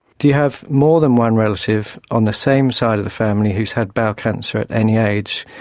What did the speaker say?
do you have more than one relative on the same side of the family who has had bowel cancer at any age?